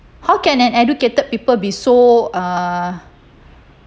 how can an educated people be so err